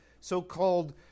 so-called